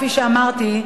כפי שאמרתי,